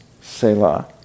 Selah